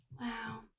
Wow